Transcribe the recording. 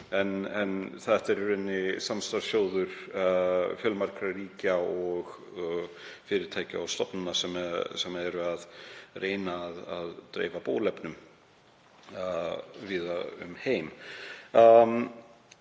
í rauninni samstarfssjóður fjölmargra ríkja og fyrirtækja og stofnana sem eru að reyna að dreifa bóluefni víða um heim.